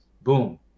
Boom